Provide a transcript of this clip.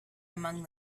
among